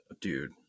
Dude